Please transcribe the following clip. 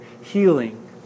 healing